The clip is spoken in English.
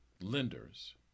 lenders